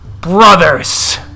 brothers